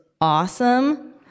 awesome